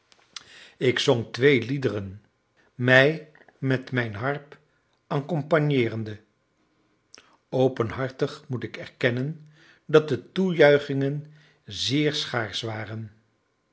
ik zong twee liederen mij met mijn harp accompagneerende openhartig moet ik erkennen dat de toejuichingen zeer schaarsch waren